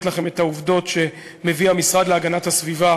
לכם את העובדות שמביא המשרד להגנת הסביבה